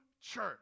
church